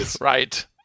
Right